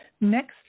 Next